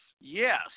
Yes